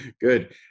Good